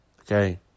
Okay